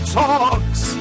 talks